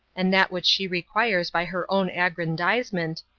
and that which she requires by her own aggrandizement,